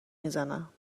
میزنم